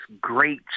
great